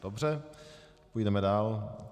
Dobře, půjdeme dál.